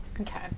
okay